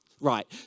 Right